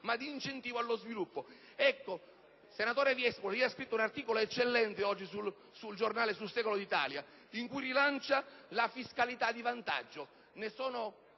ma di incentivo allo sviluppo. Ecco, senatore Viespoli, lei ha scritto un articolo eccellente, pubblicato oggi sul quotidiano «Il Secolo d'Italia», in cui rilancia la fiscalità di vantaggio.